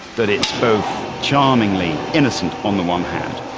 that it's both charmingly innocent. on the one hand,